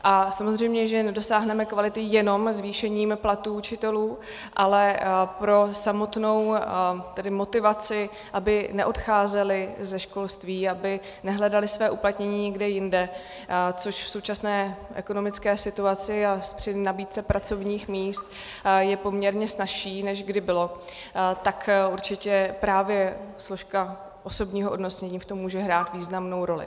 A samozřejmě že nedosáhneme kvality jenom zvýšením platů učitelů, ale pro samotnou motivaci, aby neodcházeli ze školství, aby nehledali své uplatnění někde jinde, což v současné ekonomické situaci a při nabídce pracovních míst je poměrně snazší, než kdy bylo, tak určitě právě složka osobního ohodnocení v tom může hrát významnou roli.